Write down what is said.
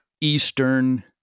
Eastern